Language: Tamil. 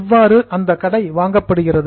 இவ்வாறு அந்த கடை வாங்கப்படுகிறது